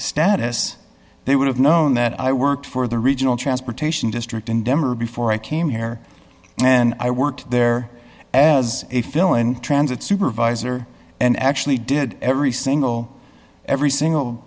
status they would have known that i worked for the regional transportation district in denver before i came here and i worked there as a fill in transit supervisor and actually did every single every single